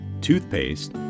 toothpaste